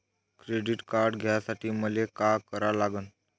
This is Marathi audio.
क्रेडिट कार्ड घ्यासाठी मले का करा लागन?